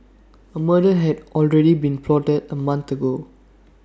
A murder had already been plotted A month ago